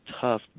tough